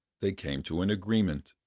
they came to an agreement,